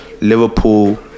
liverpool